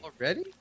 Already